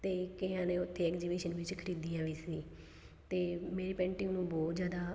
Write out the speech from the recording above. ਅਤੇ ਕਈਆਂ ਨੇ ਉੱਥੇ ਐਗਜੀਬਿਸ਼ਨ ਵਿੱਚ ਖਰੀਦੀਆਂ ਵੀ ਸੀ ਅਤੇ ਮੇਰੀ ਪੇਂਟਿੰਗ ਨੂੰ ਬਹੁਤ ਜ਼ਿਆਦਾ